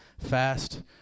fast